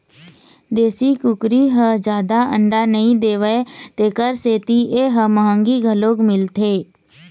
देशी कुकरी ह जादा अंडा नइ देवय तेखर सेती ए ह मंहगी घलोक मिलथे